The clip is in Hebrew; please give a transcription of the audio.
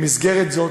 במסגרת זו,